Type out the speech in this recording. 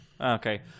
Okay